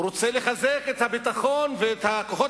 הוא רוצה לחזק את הביטחון ואת כוחות